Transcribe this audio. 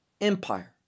empire